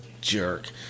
jerk